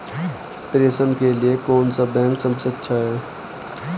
प्रेषण के लिए कौन सा बैंक सबसे अच्छा है?